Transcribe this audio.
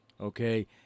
okay